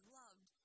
loved